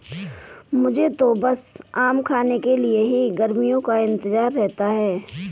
मुझे तो बस आम खाने के लिए ही गर्मियों का इंतजार रहता है